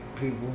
people